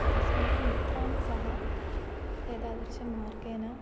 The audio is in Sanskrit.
अस्माकं मित्राणि सह एतादृशमार्गेन